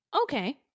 Okay